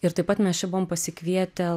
ir taip pat mes čia buvom pasikvietę